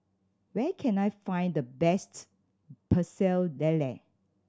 where can I find the best Pecel Lele